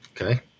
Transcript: Okay